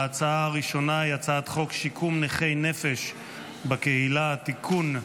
ההצעה הראשונה היא הצעת חוק שיקום נכי נפש בקהילה (תיקון,